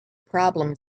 problem